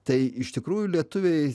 tai iš tikrųjų lietuviai